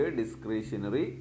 discretionary